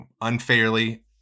unfairly